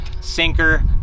sinker